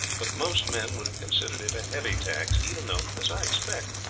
but most men would have considered it a heavy tax, even though, as i expect,